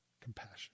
compassion